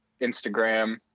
instagram